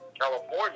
California